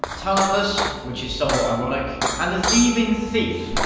talentless which is somewhat ironic and a thieving thief.